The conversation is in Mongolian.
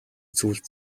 зүйлд